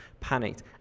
panicked